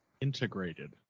Integrated